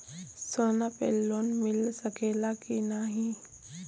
सोना पे लोन मिल सकेला की नाहीं?